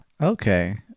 okay